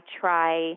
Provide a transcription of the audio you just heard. try